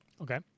Okay